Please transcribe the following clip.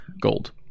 Gold